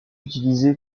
utilisé